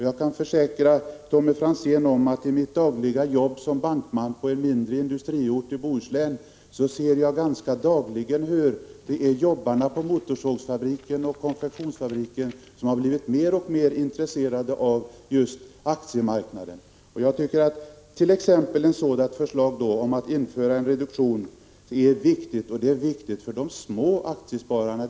Jag kan försäkra Tommy Franzén att jag i mitt dagliga jobb som bankman på en mindre industriort i Bohuslän nästan varje dag ser att arbetarna på motorsågsfabriken och konfektionsfabriken har blivit mer och mer intresserade av aktiemarknaden. Jag tycker att t.ex. förslaget om införande av en skattereduktion är viktigt. Det är de små aktieägarna som har glädje av en sådan.